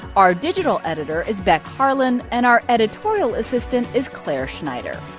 our digital editor is beck harlan. and our editorial assistant is clare schneider.